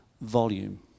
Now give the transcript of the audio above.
volume